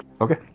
Okay